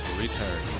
return